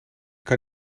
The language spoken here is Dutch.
kan